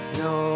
no